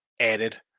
added